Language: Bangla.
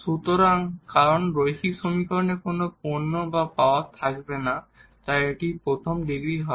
সুতরাং কারণ লিনিয়ার সমীকরণে কোন পোডাক্ট বা পাওয়ার থাকবে না তাই এটি প্রথম ডিগ্রী হবে